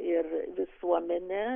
ir visuomenė